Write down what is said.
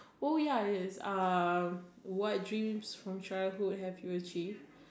oh ya there is uh what dreams from childhood have you achieve